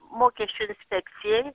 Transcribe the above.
mokesčių inspekcijai